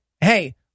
hey